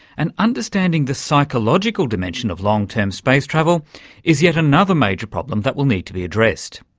and understanding the psychological dimension of long-term space travel is yet another major problem that will need to be addressed.